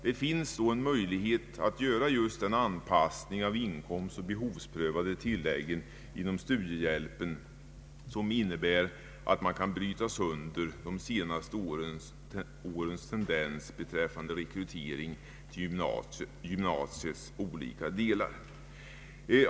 Det finns då en möjlighet att göra en anpassning av just de inkomstoch behovsprövade tilläggen inom studiehjälpen, som innebär att man kan bryta de senaste årens tendens beträffande rekrytering till gymnasiets olika delar.